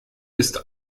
ist